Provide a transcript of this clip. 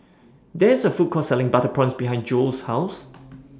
There IS A Food Court Selling Butter Prawns behind Jewel's House